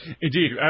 Indeed